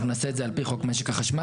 אנחנו נעשה את זה על פי חוק משק החשמל.